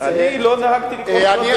אני לא נהגתי לקרוא קריאות ביניים כחבר כנסת,